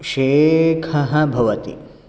शेखः भवति